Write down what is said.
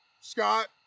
Scott